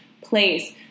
place